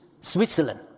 Switzerland